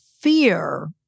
fear